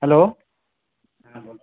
hello